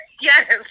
yes